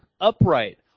upright